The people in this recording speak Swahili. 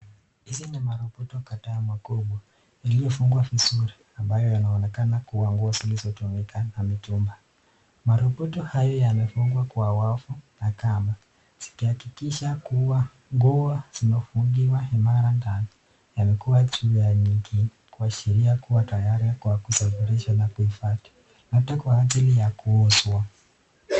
Hizi ni marobota kadhaa makubwa iliyofungwa vizuri ambayo yanaonekana kuwa nguo zilizotumika na mitumba. Marobota haya yamefungwa kwa wavu na kamba zikihakikisha kuwa nguo zimefungiwa imara ndani. Yamewekwa juu ya nyingine kuashiria kuwa tayari kwa kusafirisha na kuhifadhi, labda kwa ajili ya kuuzwa.